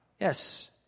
Yes